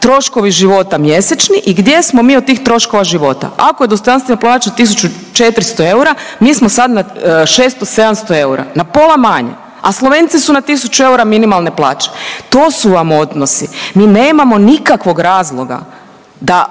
troškovi života mjesečni i gdje smo mi od tih troškova života. Ako je dostojanstvena plaća 1.400 eura mi smo sad na 600-700 eura, na pola manje, a Slovenci su na 1.000 eura minimalne plaće. To su vam odnosi. Mi nemamo nikakvog razloga da